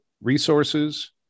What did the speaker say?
resources